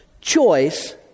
choice